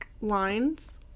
lines